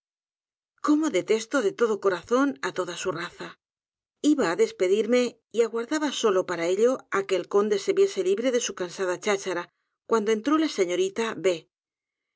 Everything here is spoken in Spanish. gomó detesto dé todo corazón á toda su raza iba á despedirme y aguardaba solo para ello á que el conde se viese libre de su cansada chachara cuando entró la señorita b sabes